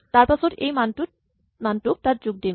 তাৰপাছত এই মানটোক তাত যোগ দিম